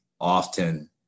often